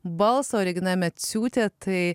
balso regina maciūtė tai